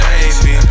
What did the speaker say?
baby